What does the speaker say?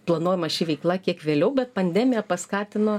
planuojama ši veikla kiek vėliau bet pandemija paskatino